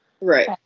right